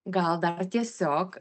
gal dar tiesiog